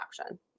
action